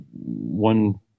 one